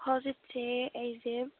ꯍꯧꯖꯤꯛꯁꯦ ꯑꯩꯁꯦ